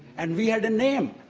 and we have the name.